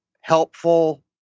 helpful